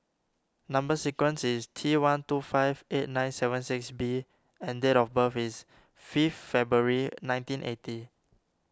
Number Sequence is T one two five eight nine seven six B and date of birth is fifth February nineteen eighty